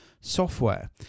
software